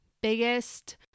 biggest